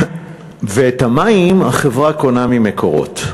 ואת המים החברה קונה מ"מקורות".